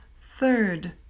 third